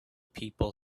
people